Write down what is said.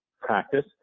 practice